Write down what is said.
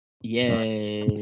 Yay